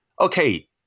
okay